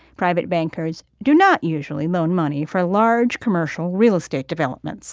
private bankers do not usually loan money for large, commercial real estate developments